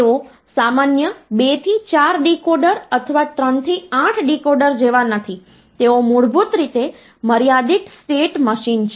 તેઓ સામાન્ય 2 થી 4 ડીકોડર અથવા 3 થી 8 ડીકોડર જેવા નથી તેઓ મૂળભૂત રીતે મર્યાદિત સ્ટેટ મશીન છે